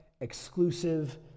Exclusive